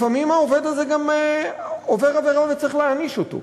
לפעמים העובד הזה גם עובר עבירה וצריך להעניש אותו.